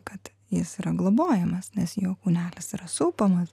kad jis yra globojamas nes jo kūnelis yra supamas